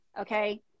okay